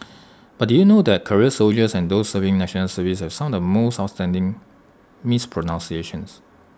but did you know that career soldiers and those serving National Service have some of the most outstanding mispronunciations